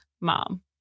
mom